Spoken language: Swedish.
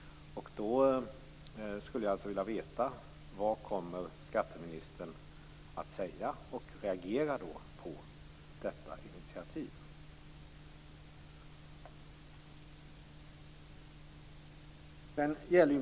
Då skulle jag vilja veta: Vad kommer skatteministern att säga och hur kommer han att reagera på detta initiativ?